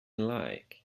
like